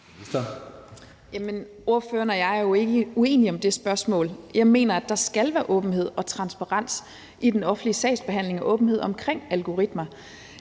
Jamen ordføreren og jeg er jo ikke uenige om det spørgsmål. Jeg mener, at der skal være åbenhed og transparens i den offentlige sagsbehandling og åbenhed omkring algoritmer.